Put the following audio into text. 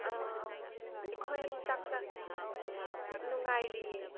ꯑꯩꯈꯣꯏ ꯅꯨꯡꯉꯥꯏꯔꯤꯌꯦ